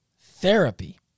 therapy